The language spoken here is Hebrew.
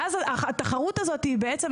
ואז התחרות הזאת היא בעצם,